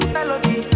Melody